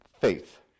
faith